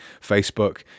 facebook